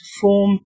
form